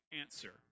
answer